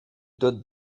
dote